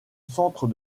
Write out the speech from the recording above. centre